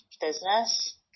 business